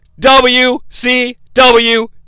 WCW